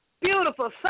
beautiful